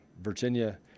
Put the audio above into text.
virginia